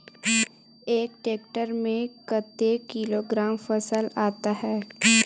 एक टेक्टर में कतेक किलोग्राम फसल आता है?